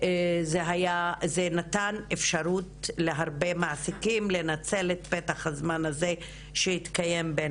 זה נתן אפשרות להרבה מעסיקים לנצל את פתח הזמן הזה שהתקיים בין